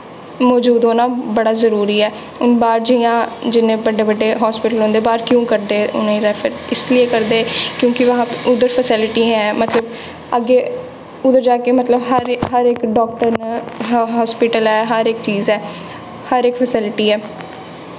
मज़ूद होना बड़ा जरूरी ऐ हून बाह्र जियां जिन्ने बड्डे बड्डे हस्पिटल होंदे बाह्र क्यों करदे उ'नेंगी रैफर इसलिए करदे क्योंकि वहां पे उद्धर फैसिलिटी है मतलब अग्गें उद्धर जाह्गे मतलब हर इक हर इक डाक्टर न हस्पिटल ऐ हर इक चीज़ ऐ हर इक फैसिलिटी ऐ